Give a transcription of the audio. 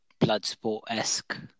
Bloodsport-esque